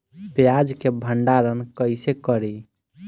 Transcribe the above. प्याज के भंडारन कईसे करी?